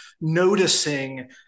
noticing